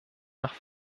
nach